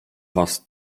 was